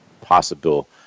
possible